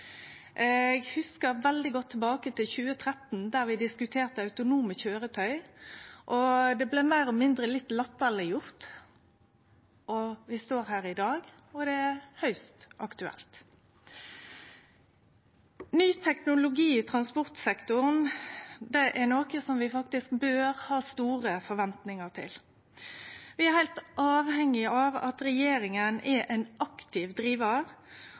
Eg hugsar veldig godt tilbake til 2013, då vi diskuterte autonome køyretøy og det meir eller mindre blei litt latterliggjort. No står vi her i dag, og det er høgst aktuelt. Ny teknologi i transportsektoren er noko vi faktisk bør ha store forventningar til. Vi er heilt avhengige av at regjeringa er ein aktiv drivar,